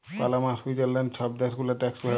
Panama, Switzerland ছব দ্যাশ গুলা ট্যাক্স হ্যাভেল